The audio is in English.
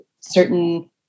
certain